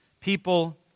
people